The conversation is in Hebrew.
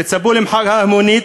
תצפו למחאה המונית.